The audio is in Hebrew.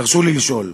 תרשו לי לשאול: